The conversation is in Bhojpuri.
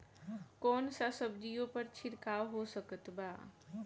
कौन सा सब्जियों पर छिड़काव हो सकत बा?